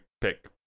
pick